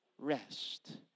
rest